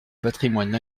patrimoine